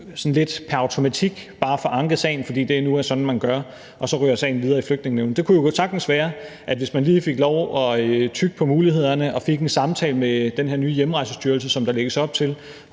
sådan bare pr. automatik får anket sagen, fordi det nu er sådan, man gør, og så ryger sagen videre i Flygtningenævnet. Hvis man lige fik lov at tygge på det og se på mulighederne og fik en samtale med den her nye hjemrejsestyrelse, som der lægges op til,